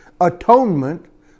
Atonement